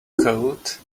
coat